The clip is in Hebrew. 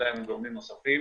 פעולה עם גורמים נוספים